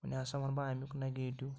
وۄنۍ ہَسا وَنہٕ بہٕ اَمیُک نَگیٹِو